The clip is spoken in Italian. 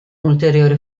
ulteriore